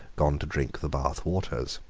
gone to drink the bath waters.